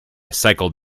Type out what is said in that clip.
cycled